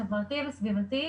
חברתי וסביבתי,